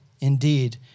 indeed